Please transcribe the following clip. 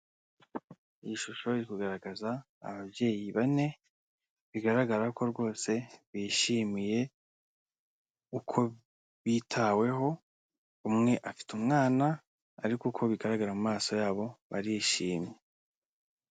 Iyi shusho iri kugaragaza ababyeyi bane, bigaragara ko rwose bishimiye uko bitaweho, umwe afite umwana ariko uko bigaragara mu maso yabo barishimye.